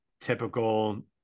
typical